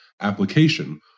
application